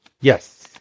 Yes